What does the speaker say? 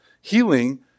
Healing